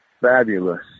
fabulous